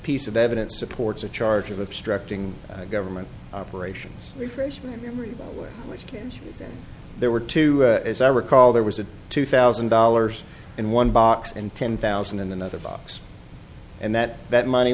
piece of evidence supports a charge of obstructing government operations refresh my memory which games there were two as i recall there was a two thousand dollars in one box and ten thousand in another box and that that money